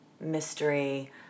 mystery